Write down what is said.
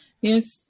Yes